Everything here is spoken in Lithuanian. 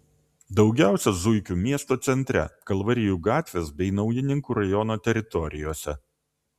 daugiausiai zuikių miesto centre kalvarijų gatvės bei naujininkų rajono teritorijose